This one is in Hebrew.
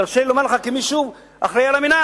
תרשה לי לומר לך, כמי שהיה אחראי למינהל.